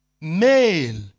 Male